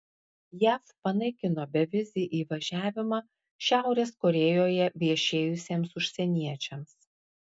jav panaikino bevizį įvažiavimą šiaurės korėjoje viešėjusiems užsieniečiams